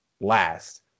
last